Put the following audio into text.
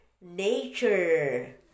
nature